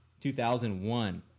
2001